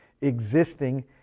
existing